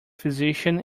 physician